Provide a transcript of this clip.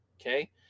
okay